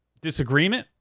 disagreement